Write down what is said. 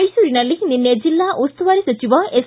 ಮೈಸೂರಿನಲ್ಲಿ ನಿನ್ನೆ ಜಿಲ್ಲಾ ಉಸ್ತುವಾರಿ ಸಚಿವ ಎಸ್